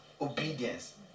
obedience